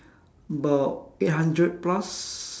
about eight hundred plus